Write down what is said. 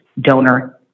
donor